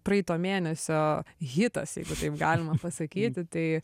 praeito mėnesio hitas jeigu taip galima pasakyti tai